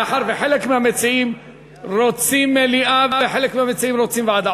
מאחר שחלק מהמציעים רוצים מליאה וחלק מהמציעים רוצים ועדה,